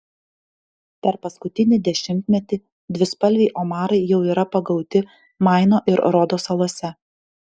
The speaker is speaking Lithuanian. per paskutinį dešimtmetį dvispalviai omarai jau yra pagauti maino ir rodo salose